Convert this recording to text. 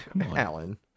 Alan